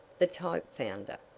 the type founder,